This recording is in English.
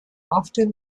often